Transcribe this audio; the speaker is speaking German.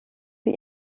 wie